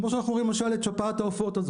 כמו שאנחנו רואים למשל את שפעת העופות.